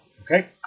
Okay